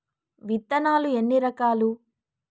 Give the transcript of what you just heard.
విత్తనాలు ఎన్ని రకాలు?